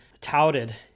touted